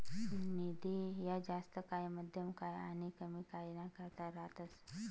निधी ह्या जास्त काय, मध्यम काय आनी कमी काय ना करता रातस